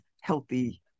healthy